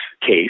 case